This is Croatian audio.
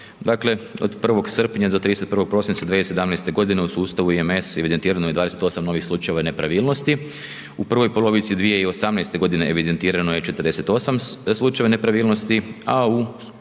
Dakle, od 1. srpnja do 31. prosinca 2017. godine u sustavu IMS evidentirano je 28 novih slučajeva nepravilnosti. U prvoj polovici 2018. godine evidentirano je 48 slučajeva nepravilnosti,